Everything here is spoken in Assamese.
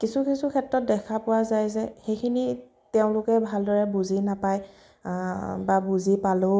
কিছু কিছু ক্ষেত্ৰত দেখা পোৱা যায় যে সেইখিনি তেওঁলোকে ভালদৰে বুজি নাপায় বা বুজি পালেও